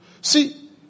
See